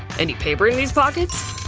any paper in these pockets?